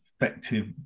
effective